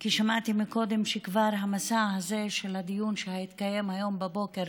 כי שמעתי קודם שהמסע הזה של הדיון שהתקיים היום בבוקר